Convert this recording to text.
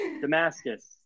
Damascus